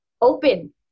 open